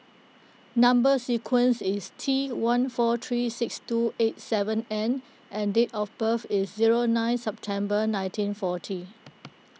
Number Sequence is T one four three six two eight seven N and date of birth is zero nine September nineteen forty